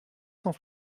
cent